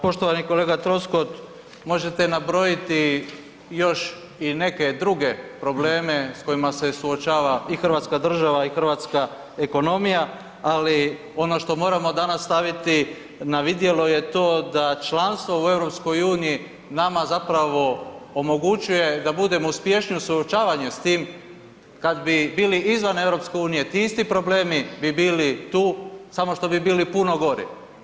Pa poštovani kolega Trsokot možete nabrojiti još i neke druge probleme s kojima se suočava i Hrvatska država i hrvatska ekonomija, ali ono što moramo danas staviti na vidjelo je to da članstvo u EU nama zapravo omogućuje da budemo uspješniji u suočavanju s tim kad bi bili izvan EU ti isti problemi bi bili tu samo što bi bili puno gori.